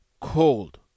cold